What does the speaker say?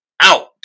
out